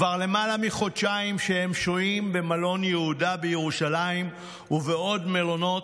כבר למעלה מחודשיים שהם שוהים במלון יהודה בירושלים ובעוד מלונות,